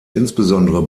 insbesondere